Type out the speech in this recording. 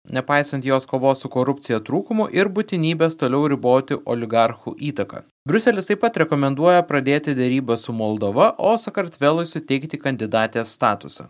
nepaisant jos kovos su korupcija trūkumo ir būtinybės toliau riboti oligarchų įtaką briuselis taip pat rekomenduoja pradėti derybas su moldova o sakartvelui suteikti kandidatės statusą